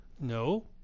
No